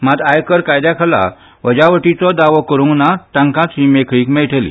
मात आयकर कायद्याखाला वजावटीचो दावो करूंक नां तांकाच ही मेकळीक मेळटली